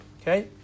Okay